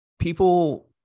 people